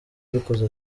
ubikoze